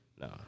no